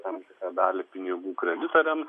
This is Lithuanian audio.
tam tikrą dalį pinigų kreditoriams